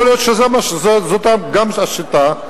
יכול להיות שגם זו שיטה.